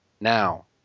Now